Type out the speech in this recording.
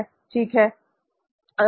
ठीक है